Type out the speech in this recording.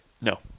No